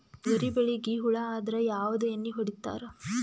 ತೊಗರಿಬೇಳಿಗಿ ಹುಳ ಆದರ ಯಾವದ ಎಣ್ಣಿ ಹೊಡಿತ್ತಾರ?